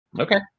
Okay